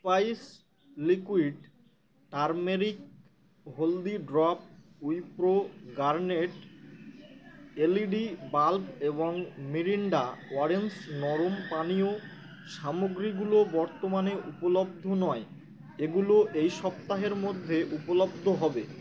spice liquid turmeric haldi drop Wipro garnet LED bulb এবং Mirinda orange juice নরম পানীয় সামগ্রীগুলো বর্তমানে উপলব্ধ নয় এগুলো এই সপ্তাহের মধ্যে উপলব্ধ হবে